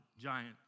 giant